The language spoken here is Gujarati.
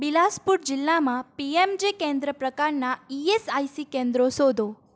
બિલાસપુર જિલ્લામાં પી એમ જે કેન્દ્ર પ્રકારનાં ઇ એસ આઇ સી કેન્દ્રો શોધો